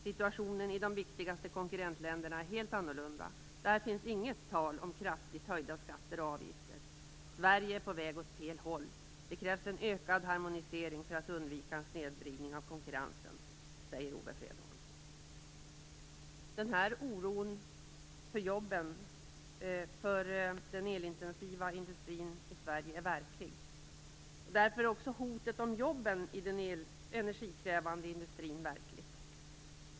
Situationen i de viktigaste konkurrentländerna är helt annorlunda. Där finns inget tal om kraftigt höjda skatter och avgifter. Sverige är på väg åt fel håll. Det krävs en ökad harmonisering för att undvika en snedvridning av konkurrensen. Detta säger Ove Fredholm. Den här oron för jobben i den elintensiva industrin i Sverige är verklig. Därför är också hotet mot jobben i den energikrävande industrin verkligt.